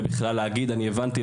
ובכלל להגיד: "אני הבנתי,